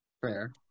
Fair